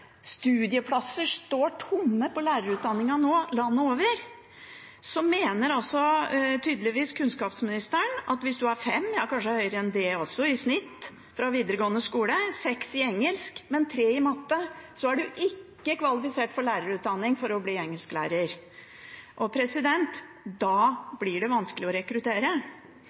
ja, kanskje høyere enn det også – 6 i engelsk, men 3 i matte, er du ikke kvalifisert til lærerutdanning for å bli engelsklærer. Da blir det vanskelig å rekruttere.